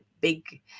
big